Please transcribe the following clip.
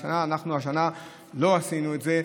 השנה אנחנו לא עשינו את זה.